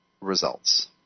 results